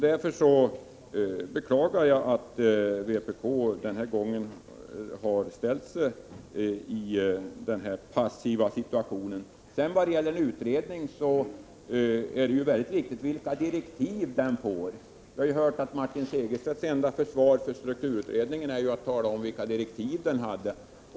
Därför beklagar jag att vpk har ställt sig passiv i den här situationen. Vad gäller utredningen är det mycket viktigt vilka direktiv den får. Vi har exempelvis hört att Martin Segerstedts enda försvar för strukturutredningen var att tala om vilka direktiv den hade.